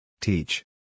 Teach